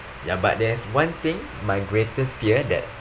ya but there's one thing my greatest fear that